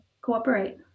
cooperate